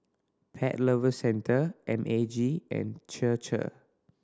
Pet Lovers Centre M A G and Chir Chir